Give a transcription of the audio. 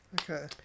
okay